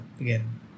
again